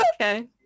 okay